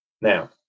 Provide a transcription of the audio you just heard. Now